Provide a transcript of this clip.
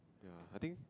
ya I think